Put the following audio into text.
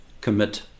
commit